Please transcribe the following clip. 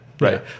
right